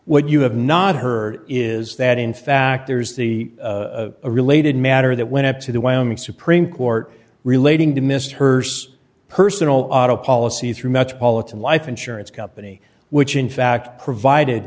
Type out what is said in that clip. what you have not heard is that in fact there's the related matter that went up to the wyoming supreme court relating to missed her st personal auto policy through metropolitan life insurance company which in fact provided